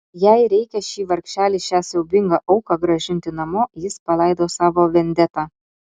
jei reikia šį vargšelį šią siaubingą auką grąžinti namo jis palaidos savo vendetą